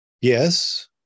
Yes